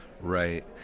right